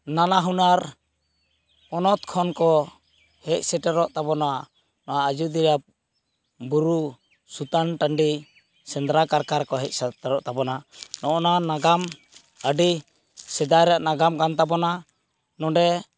ᱱᱟᱱᱟ ᱦᱩᱱᱟᱨ ᱯᱚᱱᱚᱛ ᱠᱷᱚᱱᱠᱚ ᱦᱮᱡ ᱥᱮᱴᱮᱨᱚᱜ ᱛᱟᱵᱚᱱᱟ ᱱᱚᱣᱟ ᱟᱡᱚᱫᱤᱭᱟ ᱵᱩᱨᱩ ᱥᱩᱛᱟᱱ ᱴᱟᱸᱰᱤ ᱥᱮᱸᱫᱽᱨᱟ ᱠᱟᱨᱠᱟᱨᱠᱚ ᱦᱮᱡ ᱥᱮᱛᱮᱲᱚᱜ ᱛᱟᱵᱚᱱᱟ ᱱᱚᱜᱼᱚᱸᱭ ᱱᱚᱣᱟ ᱱᱟᱜᱟᱢ ᱟᱹᱰᱤ ᱥᱮᱫᱟᱭ ᱨᱮᱭᱟᱜ ᱱᱟᱜᱟᱢᱠᱟᱱ ᱛᱟᱵᱚᱱᱟ ᱱᱚᱰᱮ